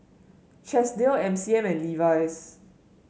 Chesdale M C M and Levi's